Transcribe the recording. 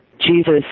Jesus